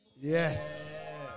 Yes